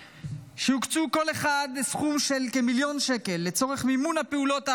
שיקצו כל אחד סכום של כמיליון שקל לצורך מימון הפעולות האמורות.